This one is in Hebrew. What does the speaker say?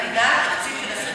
מהמדינה תקציב של,